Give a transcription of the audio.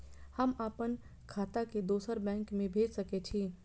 हम आपन खाता के दोसर बैंक में भेज सके छी?